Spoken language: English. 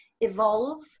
evolve